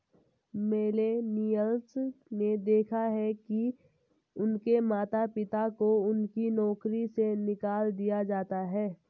millennials ने देखा है कि उनके माता पिता को उनकी नौकरी से निकाल दिया जाता है